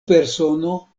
persono